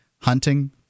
hunting